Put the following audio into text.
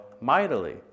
mightily